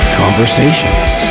conversations